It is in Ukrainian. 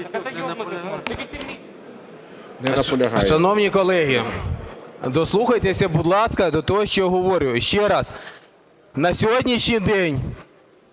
Шановні колеги, дослухайтеся, будь ласка, до того, що говорю. Ще раз, на сьогоднішній день